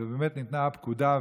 ובאמת ניתנה פקודה,